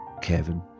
Kevin